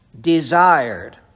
desired